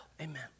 Amen